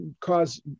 cause